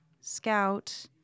scout